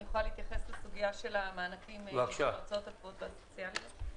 אני יכולה להתייחס לסוגיית המענקים להוצאות הקבועות והסוציאליות.